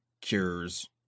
cures